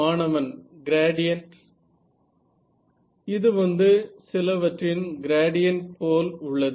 மாணவன் க்ராடியன்ட் இது வந்து சிலவற்றின் க்ராடியன்ட் போல் உள்ளது